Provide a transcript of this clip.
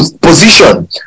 position